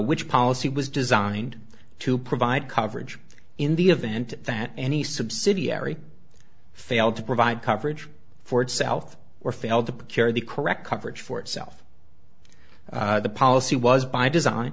which policy was designed to provide coverage in the event that any subsidiary failed to provide coverage for itself or failed to procure the correct coverage for itself the policy was by design